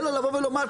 אלא לומר,